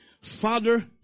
Father